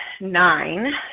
nine